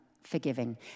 forgiving